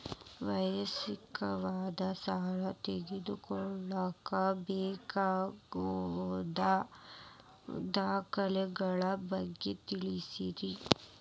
ವೈಯಕ್ತಿಕ ಸಾಲ ತಗೋಳಾಕ ಬೇಕಾಗುವಂಥ ದಾಖಲೆಗಳ ಬಗ್ಗೆ ತಿಳಸ್ರಿ